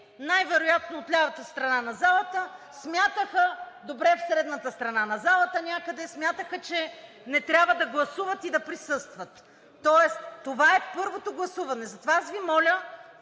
най-вероятно от лявата страна на залата, смятаха… (Реплики от „БСП за България“.) Добре, в средната страна на залата някъде, смятаха, че не трябва да гласуват и да присъстват. Тоест това е първото гласуване. Затова аз Ви моля